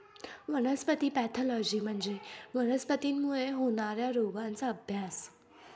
वनस्पती पॅथॉलॉजी म्हणजे वनस्पतींमुळे होणार्या रोगांचा अभ्यास